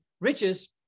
riches